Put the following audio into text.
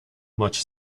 much